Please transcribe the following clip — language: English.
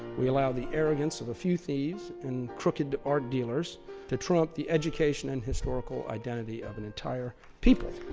we allow the arrogance of a few thieves and crooked art dealers to trump the education and historical identity of an entire people.